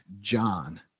John